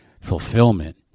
fulfillment